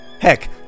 Heck